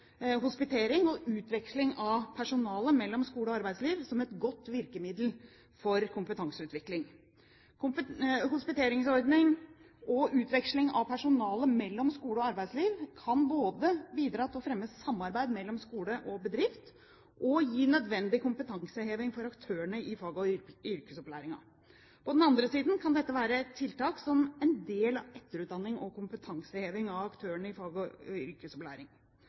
hospitering og utveksling av personale mellom skole og arbeidsliv som et godt virkemiddel for kompetanseutvikling. Hospiteringsordning og utveksling av personale mellom skole og arbeidsliv kan både bidra til å fremme samarbeid mellom skole og bedrift og gi nødvendig kompetanseheving for aktørene i fag- og yrkesopplæringen. På den andre siden kan dette være et tiltak som del av etterutdanning og kompetanseheving av aktørene i fag-